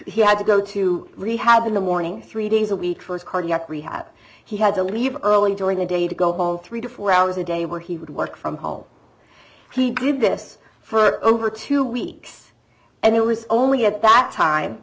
he had to go to rehab in the morning three days a week for his cardiac rehab he had to leave early during the day to go home three to four hours a day where he would work from home he did this for over two weeks and it was only at that time